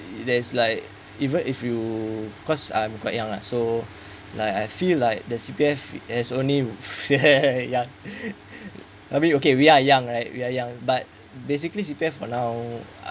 there's like even if you cause I'm quite young lah so like I feel like the C_P_F as only ya I mean okay we are young right we are young but basically C_P_F for now